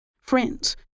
friends